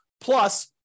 plus